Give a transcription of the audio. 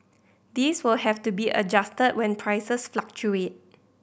these will have to be adjusted when prices fluctuate